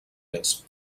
més